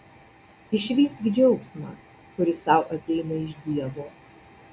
išvysk džiaugsmą kuris tau ateina iš dievo